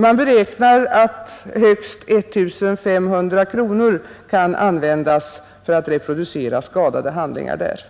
Man beräknar att högst 1 500 kronor kan användas för att reproducera skadade handlingar.